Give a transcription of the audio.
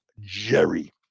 Jerry